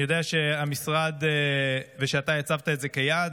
אני יודע שהמשרד ואתה הצבתם את זה כיעד,